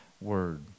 word